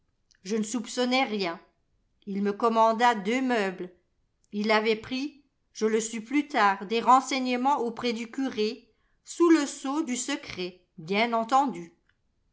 je ne soupçonnais rien ii me commanda deux meubles ii avait pris je le sus plus tard des renseignements auprès du curé sous le sceau du secret bien entendu